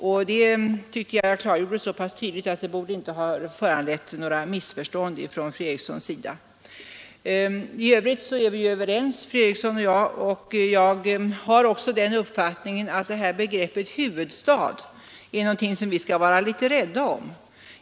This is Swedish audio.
Jag tycker att jag klargjorde det så pass tydligt att det inte borde ha föranlett några missförstånd från fru Erikssons sida. I övrigt är fru Eriksson och jag överens. Jag har också den uppfattningen att begreppet huvudstad är någonting som vi skall vara litet rädda om.